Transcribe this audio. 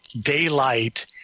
daylight